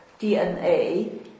DNA